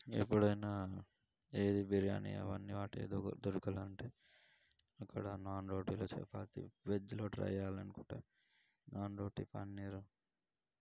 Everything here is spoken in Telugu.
ఎప్పుడైనా ఏది బిర్యానీ అవన్నీ వాటి దొరకలేదు అంటే ఇక్కడ నాన్ రోటిలో చపాతీ వేజ్లో ట్రై చేయాలని అనుకుంటే నాన్ రోటి పన్నీర్